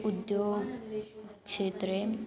उद्योगस्य क्षेत्रे